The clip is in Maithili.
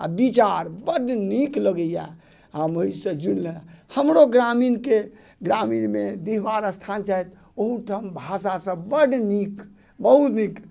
आ विचार बड नीक लगैया हम ओहिसँ जुड़लहुँ हमरो ग्रामीणके ग्रामीणमे डीहबार स्थान छथि ओहो ठाम भाषा सब बड नीक बहुत नीक